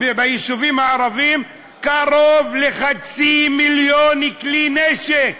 ביישובים הערביים קרוב לחצי מיליון כלי נשק.